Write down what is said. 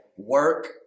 Work